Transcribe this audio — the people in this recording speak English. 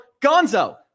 Gonzo